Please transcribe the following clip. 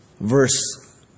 verse